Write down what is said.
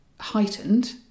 heightened